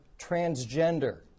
transgender